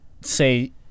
say